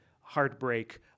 heartbreak